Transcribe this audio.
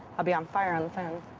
i'll be on fire on the phone.